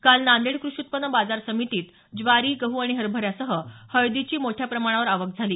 काल नांदेड कृषि उत्पन्न बाजार समितीत ज्वारी गहू आणि हरभऱ्यासह हळदीची मोठ्या प्रमाणावर आवक झाली